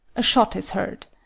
a shot is heard.